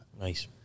Nice